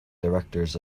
directors